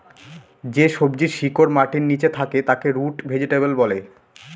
যে সবজির শিকড় মাটির নীচে থাকে তাকে রুট ভেজিটেবল বলে